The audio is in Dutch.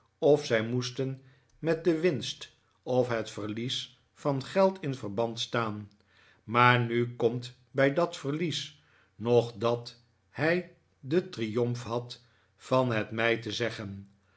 of zij moesten met de winst of het verlies van geld in verband staan maar nu komt bij dat verlies nog dat hij den triomf had van het mij te zeggen